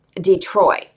Detroit